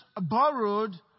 borrowed